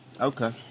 okay